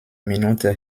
minute